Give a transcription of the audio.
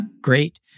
Great